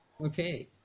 Okay